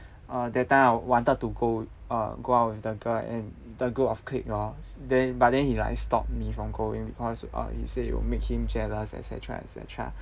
uh that time I wanted to go uh go out with the girl and the group of clique lor then but then he like stop me from going because he say it will make him jealous et cetera et cetera